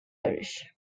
irish